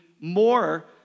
more